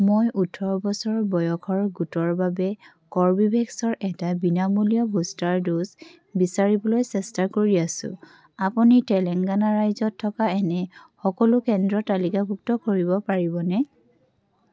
মই ওঠৰ বছৰ বয়সৰ গোটৰ বাবে কৰ্বীভেক্সৰ এটা বিনামূলীয়া বুষ্টাৰ ড'জ বিচাৰিবলৈ চেষ্টা কৰি আছোঁ আপুনি তেলেংগানা ৰাজ্যত থকা এনে সকলো কেন্দ্ৰ তালিকাভুক্ত কৰিব পাৰিবনে